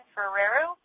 Ferrero